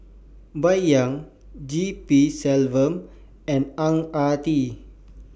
Bai Yan G P Selvam and Ang Ah Tee